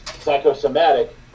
psychosomatic